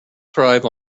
thrive